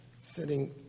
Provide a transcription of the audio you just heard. sitting